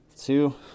two